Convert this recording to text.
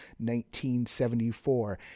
1974